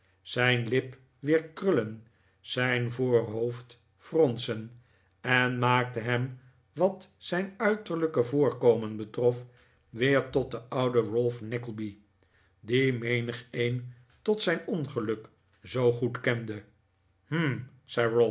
zijn lip weer krullen zijn voorhoofd fronsen en maakte hem wat zijn uiterlijke voorkomen betrof weer tot den ouden ralph nickleby dien menigeen tot zijn ongeluk zoo goed kende hm